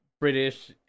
British